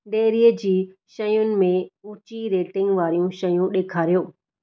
डेयरीअ जी शयुनि में ऊची रेटिंग वारियूं शयूं ॾेखारियो